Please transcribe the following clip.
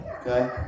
Okay